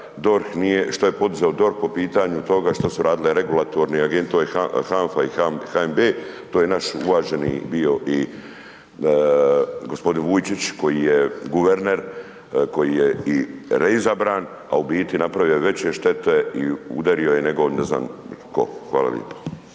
što je poduzeo DORH po pitanju toga što su radile regulatorni …/Govornik se ne razumije/…HANFA i HNB, to je naš uvaženi bio i g. Vujčić koji je guverner, koji je i reizabran, a u biti je napravio veće štete i udario je nego, ne znam tko. Hvala lijepo.